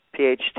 PhD